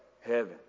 heaven